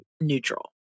neutral